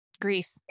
Grief